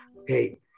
okay